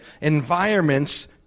Environments